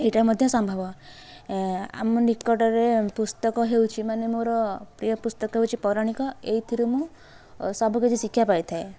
ଏହିଟା ମଧ୍ୟ ସମ୍ଭବ ଆମ ନିକଟରେ ପୁସ୍ତକ ହେଉଛି ମାନେ ମୋର ପ୍ରିୟ ପୁସ୍ତକ ହେଉଛି ପୌରାଣିକ ଏହିଥିରୁ ମୁଁ ସବୁକିଛି ଶିକ୍ଷା ପାଇଥାଏ